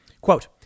Quote